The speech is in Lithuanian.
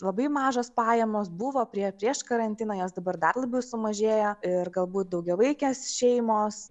labai mažos pajamos buvo prie prieš karantiną jos dabar dar labiau sumažėjo ir galbūt daugiavaikės šeimos